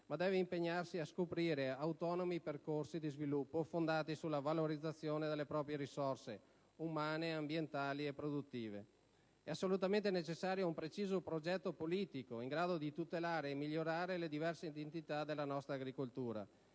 ma deve impegnarsi a scoprire autonomi percorsi di sviluppo fondati sulla valorizzazione delle proprie risorse umane, ambientali e produttive. È assolutamente necessario un preciso progetto politico in grado di tutelare e migliorare le diverse identità della nostra agricoltura